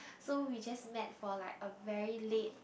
so we just met for like a very late